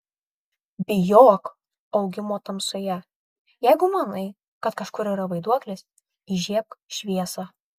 bijok augimo tamsoje jeigu manai kad kažkur yra vaiduoklis įžiebk šviesą